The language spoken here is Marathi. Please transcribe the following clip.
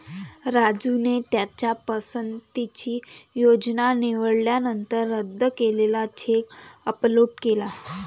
राजूने त्याच्या पसंतीची योजना निवडल्यानंतर रद्द केलेला चेक अपलोड केला